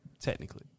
technically